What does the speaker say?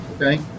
okay